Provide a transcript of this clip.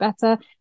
better